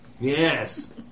Yes